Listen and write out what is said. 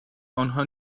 آنها